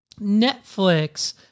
Netflix